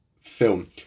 film